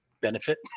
benefit